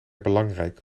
belangrijk